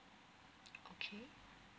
okay